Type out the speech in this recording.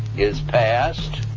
is passed.